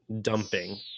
Dumping